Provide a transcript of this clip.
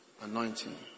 anointing